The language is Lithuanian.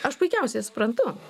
aš puikiausiai suprantu